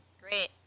Great